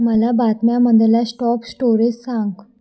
मला बातम्यामधला stop storage सांग